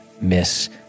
miss